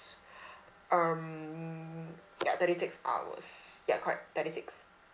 um ya thirty six hours ya correct thirty six